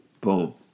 Boom